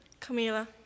Camila